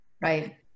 Right